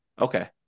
Okay